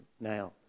now